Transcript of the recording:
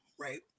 right